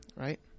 right